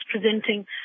presenting